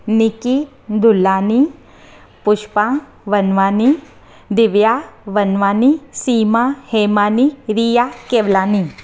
Nikki Dulani Pushpa Vanwani Divya Vanwani Seema Hemani Riya Kewalani